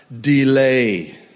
delay